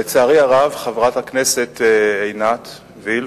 לצערי, חברת הכנסת עינת וילף,